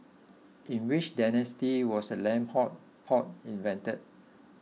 in which dynasty was the lamb hot pot invented